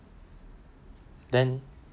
then